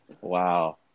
Wow